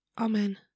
Amen